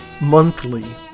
monthly